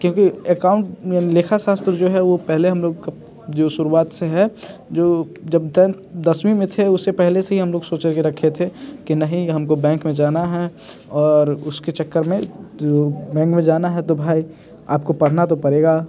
क्योंकि एकाउंट लेखाशास्त्र जो है वो पहले हम लोग का जो शुरुआत से है जब दसवीं में थे उससे पहले से ही हम सोच के रखे थे कि नहीं हमको बैंक में जाना हैं और उसके चक्कर में तो बैंक में जाना है तो भाई आपको पढ़ना तो पड़ेगा